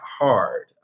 hard